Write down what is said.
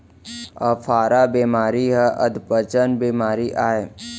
अफारा बेमारी हर अधपचन बेमारी अय